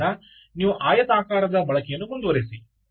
ಆದ್ದರಿಂದ ನೀವು ಆಯತಾಕಾರದ ಬಳಕೆಯನ್ನು ಮುಂದುವರಿಸಿ